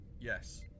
yes